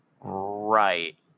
Right